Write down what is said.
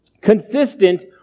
consistent